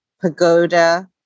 pagoda